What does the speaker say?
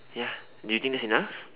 ya do you think that's enough